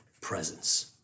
presence